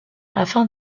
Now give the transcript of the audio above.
afin